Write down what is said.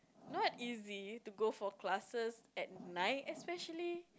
not easy to go for classes at night especially